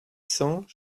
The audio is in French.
cents